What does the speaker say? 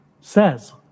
says